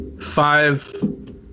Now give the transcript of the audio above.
five